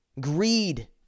greed